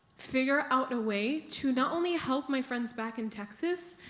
figure out a way to not only help my friends back in texas,